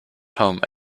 home